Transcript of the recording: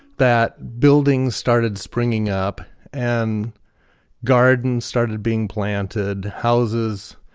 that buildings started springing up and gardens started being planted, houses.